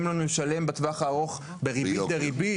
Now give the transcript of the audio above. לנו לשלם בטווח הארוך בריבית דה ריבית.